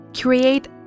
Create